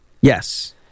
Yes